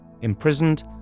imprisoned